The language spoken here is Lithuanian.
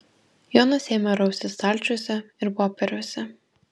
jonas ėmė raustis stalčiuose ir popieriuose